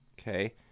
Okay